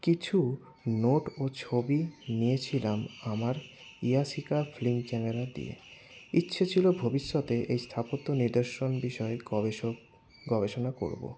কিছু নোট ও ছবি নিয়েছিলাম আমার ইয়াশিকা ফিল্ম ক্যামেরা দিয়ে ইচ্ছে ছিল ভবিষ্যতে এই স্থাপত্য নিদর্শন বিষয় গবেষক গবেষণা করবো